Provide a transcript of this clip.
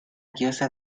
diosa